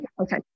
Okay